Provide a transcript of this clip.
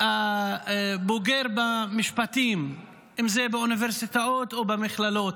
בוגר במשפטים, אם זה באוניברסיטאות או במכללות,